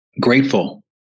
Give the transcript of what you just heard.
grateful